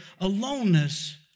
aloneness